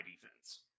defense